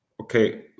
Okay